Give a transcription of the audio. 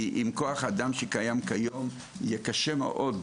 כי עם כוח האדם שקיים כיום יהיה קשה מאוד,